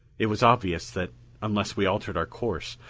it was obvious, that unless we altered our course,